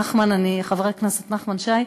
חבר הכנסת נחמן שי,